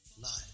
life